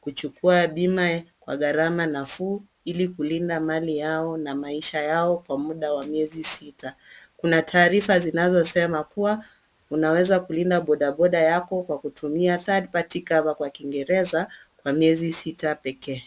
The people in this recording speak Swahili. kuchukua bima kwa gharama nafuu, ili kulinda mali yao na maisha yao kwa muda wa miezi sita. Kuna taarifa zinazosema kuwa unaweza kulinda bodaboda yako kwa kutumia third party cover kwa kingereza kwa miezi sita pekee.